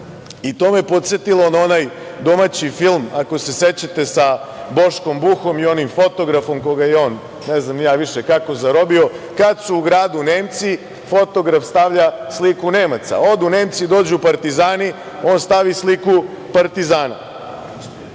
me je podsetilo na onaj domaći film, ako se sećate, sa Boškom Buhom i onim fotografom koga je on, ne znam ni ja više kako, zarobio. Kad su u gradu Nemci, fotograf stavlja sliku Nemaca. Odu Nemci, dođu partizani, on stavi sliku partizana. Znači,